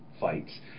fights